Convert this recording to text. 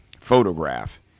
photograph